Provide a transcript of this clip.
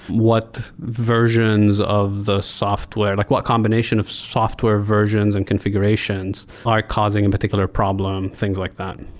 what versions of the software, like what combination of software versions and confi gurations are causing a particular problem? things like that.